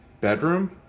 bedroom